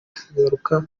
tugaruka